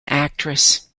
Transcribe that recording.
actress